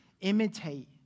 imitate